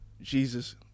jesus